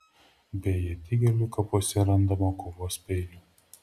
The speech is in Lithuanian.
be ietigalių kapuose randama kovos peilių